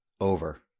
over